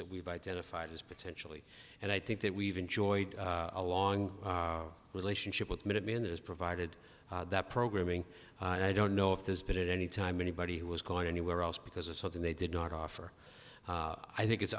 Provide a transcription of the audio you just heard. that we've identified as potentially and i think that we've enjoyed a long relationship with minutemen this provided that programming and i don't know if this but it anytime anybody was going anywhere else because it's something they did not offer i think it's